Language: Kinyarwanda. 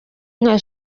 nka